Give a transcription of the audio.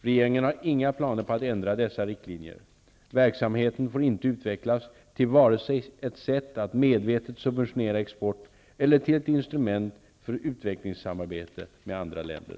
Regeringen har inga planer på att ändra dessa riktlinjer. Verksamheten får inte utvecklas till vare sig ett sätt att medvetet subventionera export eller ett instrument för utvecklingssamarbete med andra länder.